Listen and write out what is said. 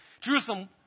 Jerusalem